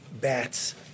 bats